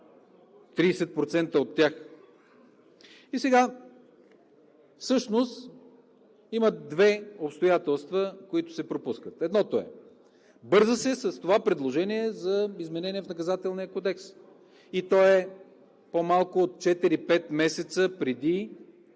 30% от тях. И сега всъщност има две обстоятелства, които се пропускат. Едното е – бърза се с това предложение за изменение в Наказателния кодекс, и то е по-малко от 4 – 5 месеца преди